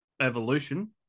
evolution